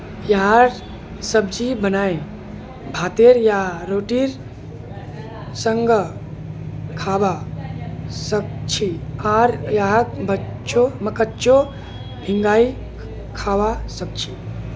यहार सब्जी बनाए भातेर या रोटीर संगअ खाबा सखछी आर यहाक कच्चो भिंगाई खाबा सखछी